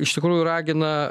iš tikrųjų ragina